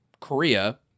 Korea